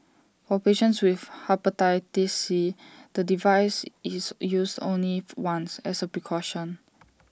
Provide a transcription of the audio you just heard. for patients with Hepatitis C the device is used only once as A precaution